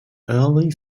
early